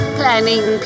planning